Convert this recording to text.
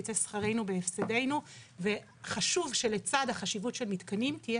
ייצא שכרנו בהפסדנו וחשוב שלצד החשיבות של מתקנים תהיה